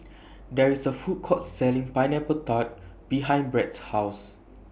There IS A Food Court Selling Pineapple Tart behind Brad's House